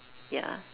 ya